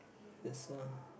there's a